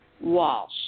Walsh